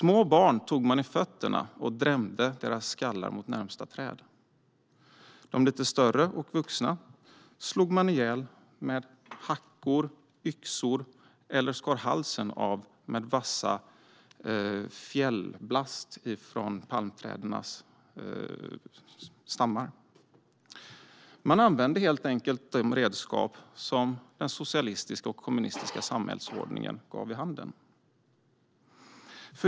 Man tog små barn i fötterna och drämde deras skallar mot närmsta träd. De lite större och vuxna slog man ihjäl med hackor och yxor eller skar halsen av med vass fjällblast från palmträdens stammar. Man använde helt enkelt de redskap som den socialistiska och kommunistiska samhällsordningen gav. Herr ålderspresident!